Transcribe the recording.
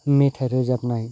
मेथाइ रोजाबनाय